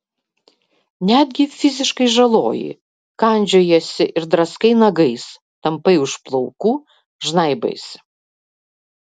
netgi fiziškai žaloji kandžiojiesi ir draskai nagais tampai už plaukų žnaibaisi